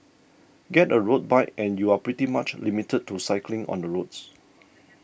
get a road bike and you're pretty much limited to cycling on the roads